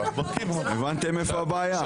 הבנתם איפה הבעיה?